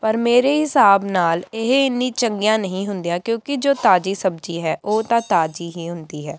ਪਰ ਮੇਰੇ ਹਿਸਾਬ ਨਾਲ ਇਹ ਇੰਨੀ ਚੰਗੀਆਂ ਨਹੀਂ ਹੁੰਦੀਆਂ ਕਿਉਂਕਿ ਜੋ ਤਾਜ਼ੀ ਸਬਜ਼ੀ ਹੈ ਉਹ ਤਾਂ ਤਾਜ਼ੀ ਹੀ ਹੁੰਦੀ ਹੈ